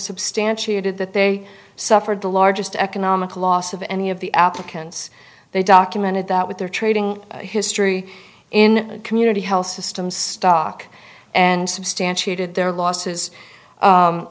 substantiated that they suffered the largest economic loss of any of the applicants they documented that with their trading history in community health systems stock and substantiated their los